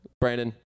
Brandon